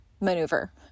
maneuver